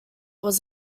was